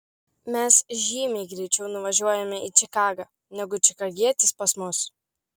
mes žymiai greičiau nuvažiuojame į čikagą negu čikagietis pas mus